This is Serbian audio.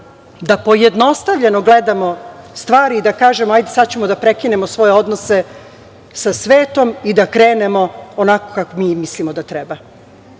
da pojednostavljeno gledamo stvari i da kažemo – sad ćemo da prekinemo svoje odnose sa svetom i da krenemo onako kako mi mislimo da treba.